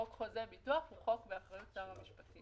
חוק חוזה ביטוח הוא חוק באחריות שר המשפטים.